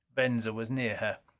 venza was near her.